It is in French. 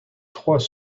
trois